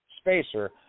spacer